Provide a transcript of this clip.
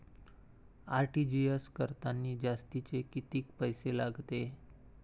RTGS करतांनी जास्तचे कितीक पैसे लागते?